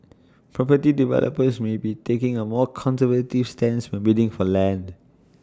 property developers may be taking A more conservative stance when bidding for land